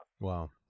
Wow